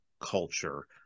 culture